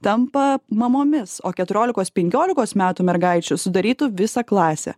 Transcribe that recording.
tampa mamomis o keturiolikos penkiolikos metų mergaičių sudarytų visą klasę